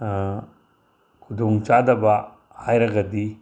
ꯈꯨꯗꯣꯡ ꯆꯥꯗꯕ ꯍꯥꯏꯔꯒꯗꯤ